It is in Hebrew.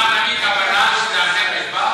מישהו מוכן להביא קבלה, שזה אכן נשבר?